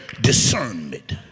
discernment